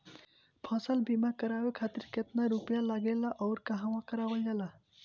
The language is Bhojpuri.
फसल बीमा करावे खातिर केतना रुपया लागेला अउर कहवा करावल जाला?